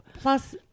Plus